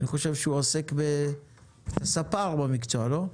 אני חושב שהוא ספר במקצוע, לא?